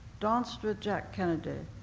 danced with jack kennedy.